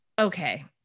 Okay